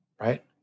right